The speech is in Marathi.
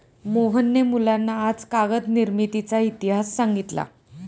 मोहनने मुलांना आज कागद निर्मितीचा इतिहास सांगितला